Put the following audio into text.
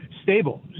Stable